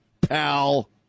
pal